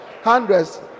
hundreds